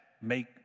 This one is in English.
make